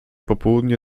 popołudnie